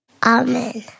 Amen